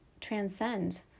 transcend